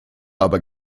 aber